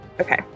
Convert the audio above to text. Okay